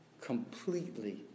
Completely